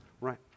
right